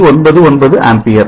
99 ampere